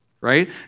right